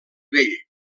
vell